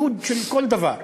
ייהוד של כל דבר.